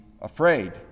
afraid